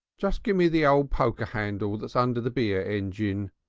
just gimme the old poker handle that's under the beer engine.